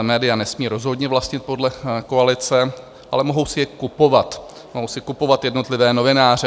Média nesmí rozhodně vlastnit podle koalice, ale mohou si je kupovat, mohou si kupovat jednotlivé novináře.